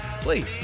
please